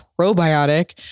probiotic